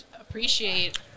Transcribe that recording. appreciate